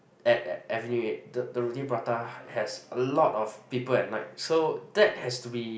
at Avenue Eight the the roti-prata has a lot of people at night so that has to be